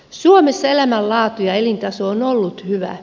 suomessa elämänlaatu ja elintaso on ollut hyvä